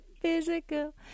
physical